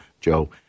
Joe